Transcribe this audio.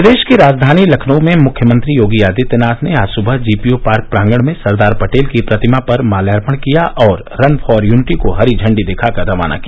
प्रदेश की राजधानी लखनऊ में मुख्यमंत्री योगी आदित्यनाथ ने आज सुबह जीपीओ पार्क प्रांगण में सरदार पटेल की प्रतिमा पर माल्यार्पण किया और रन फॉर यूनिटी को हरी झंडी दिखाकर रवाना किया